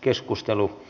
keskustelu